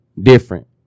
different